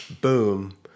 boom